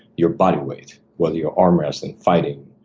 your body weight. whether you're arm wrestling, fighting,